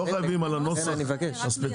לא חייבים על הנוסח הספציפי.